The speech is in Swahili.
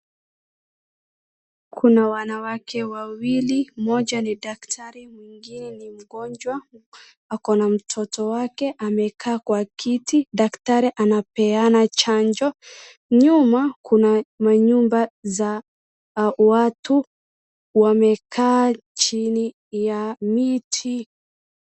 Kuna wanawake wawili, mmoja ni daktari, mwingine ni mgonjwa ako na mtoto wake, amekaa kwa kiti, daktari anapeana chanjo, nyuma kuna manyumba za watu, wamekaa chini ya miti.